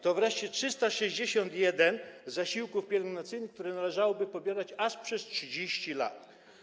To wreszcie 361 zasiłków pielęgnacyjnych, które należałoby pobierać przez aż 30 lat.